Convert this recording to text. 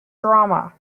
drama